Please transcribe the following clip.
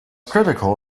critical